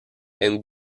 and